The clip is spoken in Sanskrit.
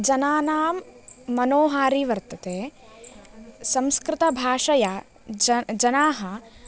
जनानां मनोहारी वर्तते संस्कृतभाषया जनाः